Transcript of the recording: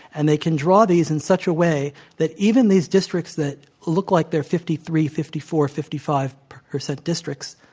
and they can draw these in such a way that even these districts that look like they're fifty three, fifty four, fifty five percent districts,